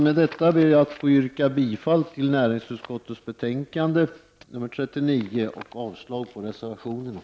Med detta ber jag att få yrka bifall till näringsutskottets hemställan i betänkandet nr 39 och avslag på reservationerna.